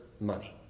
money